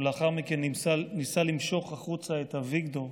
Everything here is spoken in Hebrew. ולאחר מכן ניסה למשוך החוצה את אביגדור,